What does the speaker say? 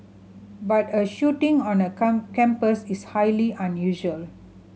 but a shooting on a campus is highly unusual